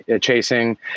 chasing